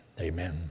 Amen